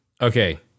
Okay